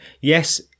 yes